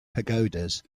pagodas